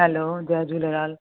hello जय झूलेलाल